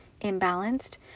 imbalanced